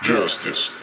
Justice